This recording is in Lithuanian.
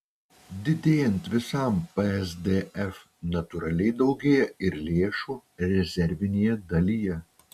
didėjant visam psdf natūraliai daugėja ir lėšų rezervinėje dalyje